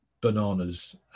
bananas